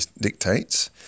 dictates